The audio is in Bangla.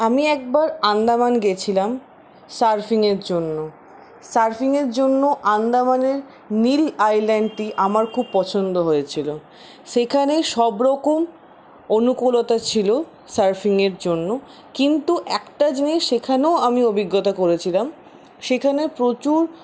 আমি একবার আন্দামান গেছিলাম সার্ফিংয়ের জন্য সার্ফিংয়ের জন্য আন্দামানের নীল আইল্যান্ডটি আমার খুব পছন্দ হয়েছিলো সেখানেই সব রকম অনুকূলতা ছিলো সার্ফিংয়ের জন্য কিন্তু একটা জিনিস সেখানেও আমি অভিজ্ঞতা করেছিলাম সেখানে প্রচুর